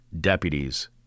deputies